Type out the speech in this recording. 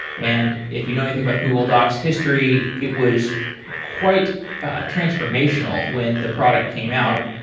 and if you know anything about google doc's history, it was quite transformational when the product came out.